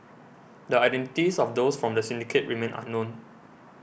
the identities of those from the syndicate remain unknown